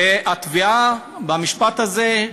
התביעה במשפט הזה,